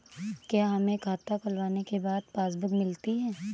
क्या हमें खाता खुलवाने के बाद पासबुक मिलती है?